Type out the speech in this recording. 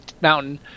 mountain